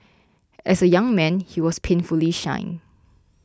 as a young man he was painfully shy